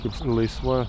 kaip laisva